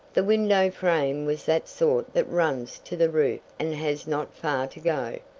the window frame was that sort that runs to the roof and has not far to go.